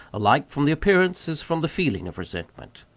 alike from the appearance as from the feeling of resentment,